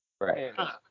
Right